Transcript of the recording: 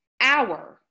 hour